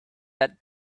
that